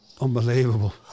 unbelievable